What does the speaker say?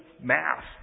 math